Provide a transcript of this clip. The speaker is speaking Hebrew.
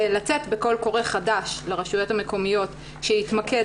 לצאת בקול קורא חדש לרשויות המקומיות שיתמקד